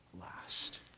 last